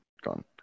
gone